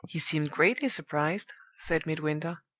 he seemed greatly surprised said midwinter,